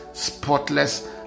...spotless